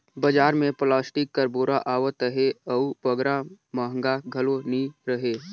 बजार मे पलास्टिक कर बोरा आवत अहे अउ बगरा महगा घलो नी रहें